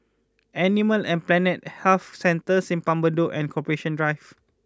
Animal and Plant Health Centre Simpang Bedok and Corporation Drive